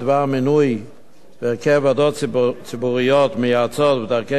והרכב ועדות ציבוריות מייעצות ודרכי פעילותן,